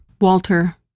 Walter